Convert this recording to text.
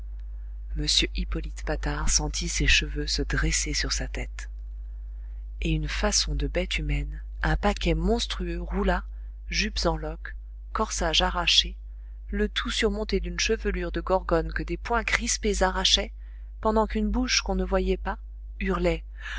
m hippolyte patard sentit ses cheveux se dresser sur sa tête et une façon de bête humaine un paquet monstrueux roula jupes en loques corsage arraché le tout surmonté d'une chevelure de gorgone que des poings crispés arrachaient pendant qu'une bouche qu'on ne voyait pas hurlait